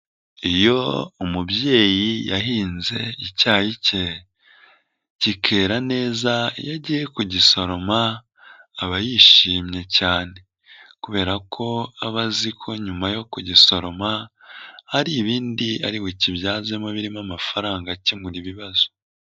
Iyo umubyeyi yahinze icyayi ke, kikera neza, iyo agiye kugisoroma, aba yishimye cyane kubera ko aba azi ko nyuma yo kugisoroma hari ibindi ari bukibyazemo birimo amafaranga akemura ibibazo.